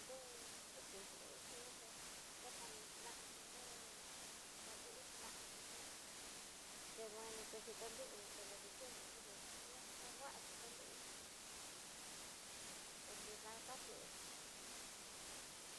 nre xhituxi inxhí ñuté rikani naxi nre, ndayú naxi nré tengueno xhi titó nrió televisión ian dé inadexakuaxi taniuninro konidanga nioxhí.